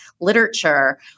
literature